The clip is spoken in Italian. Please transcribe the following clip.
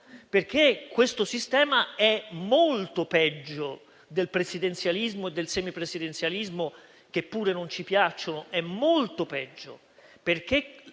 perché questo sistema è molto peggio del presidenzialismo o del semipresidenzialismo, che pure non ci piacciono. Infatti,